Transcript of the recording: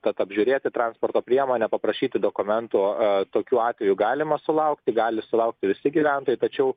tad apžiūrėti transporto priemonę paprašyti dokumentų tokiu atveju galima sulaukti gali sulaukti visi gyventojai tačiau